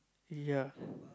ya